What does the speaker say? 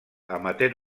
amateur